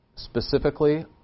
Specifically